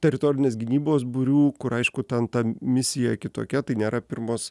teritorinės gynybos būrių kur aišku ten ta misija kitokia tai nėra pirmos